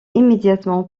immédiatement